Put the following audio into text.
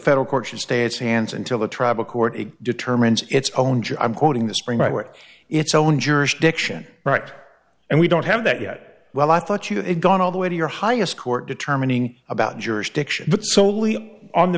federal court should stay its hands until the tribal court determines its own job i'm quoting this spring right with its own jurisdiction right and we don't have that yet well i thought you had gone all the way to your highest court determining about jurisdiction but solely on the